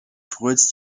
freuds